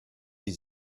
sie